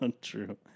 true